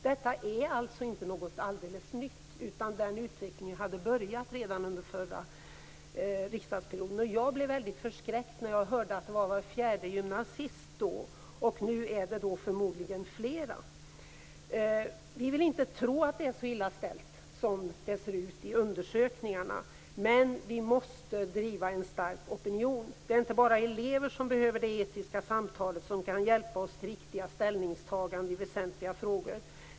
Detta är alltså inte något alldeles nytt, utan denna utveckling hade börjat redan under den förra riksdagsperioden. Jag blev väldigt förskräckt när jag hörde att det då var var fjärde gymnasist. Nu är det förmodligen fler. Vi vill inte tro att det är så illa ställt som det ser ut i undersökningarna. Men vi måste driva en stark opinion. Det är inte bara elever som behöver det etiska samtalet som kan hjälpa oss till riktiga ställningstaganden i väsentliga frågor.